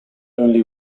only